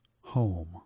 home